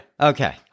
Okay